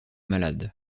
malade